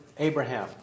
Abraham